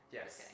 Yes